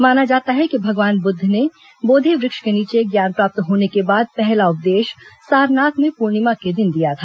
माना जाता है कि भगवान बुद्ध ने बोधि वृक्ष के नीचे ज्ञान प्राप्त होने के बाद पहला उपदेश सारनाथ में पूर्णिमा के दिन दिया था